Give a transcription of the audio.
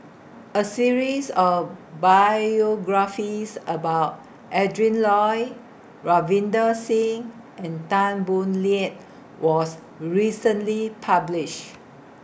A series of biographies about Adrin Loi Ravinder Singh and Tan Boo Liat was recently published